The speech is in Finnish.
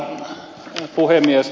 arvoisa puhemies